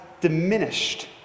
diminished